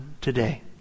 today